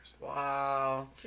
Wow